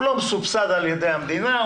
הוא לא מסובסד על ידי המדינה,